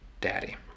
Daddy